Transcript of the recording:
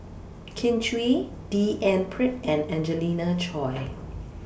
Kin Chui D N Pritt and Angelina Choy